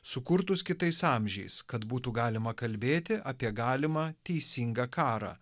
sukurtus kitais amžiais kad būtų galima kalbėti apie galimą teisingą karą